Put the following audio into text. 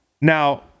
Now